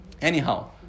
Anyhow